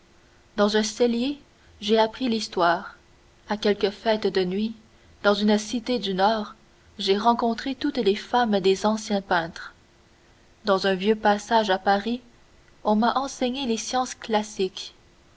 dans un cellier j'ai appris l'histoire a quelque fête de nuit dans une cité du nord j'ai rencontré toutes les femmes des anciens peintres dans un vieux passage à paris on m'a enseigné les sciences classiques